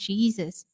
Jesus